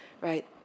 right